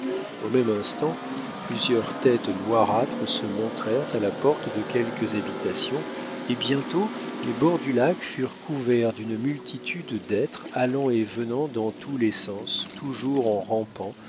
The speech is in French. au même instant plusieurs têtes noirâtres se montrèrent à la porte de quelques habitations et bientôt les bords du lac furent couverts d'une multitude d'êtres allant et venant dans tous les sens toujours en rampant